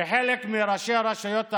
שחלק מראשי הרשויות הערבים,